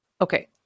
Okay